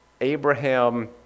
Abraham